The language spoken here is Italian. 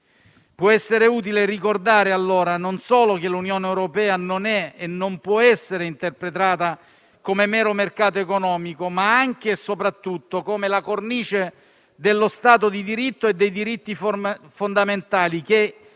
Può essere utile ricordare allora non solo che l'Unione europea non è e non può essere interpretata come mero mercato economico, ma anche e soprattutto come la cornice dello Stato di diritto e dei diritti fondamentali che